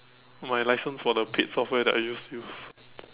my license for the paid software that I used to use